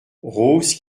rose